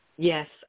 Yes